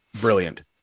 brilliant